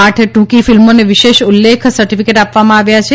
આઠ ટૂંકી ફિલ્મોને વિશેષ ઉલ્લેખ સર્ટિફિકેટ આપવામાં આવ્યા છે